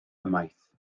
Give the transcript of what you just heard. ymaith